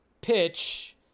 pitch